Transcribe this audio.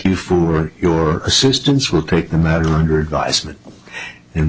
you for your assistance will take the matter under advisement in